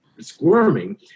squirming